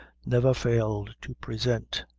never failed to present.